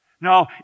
No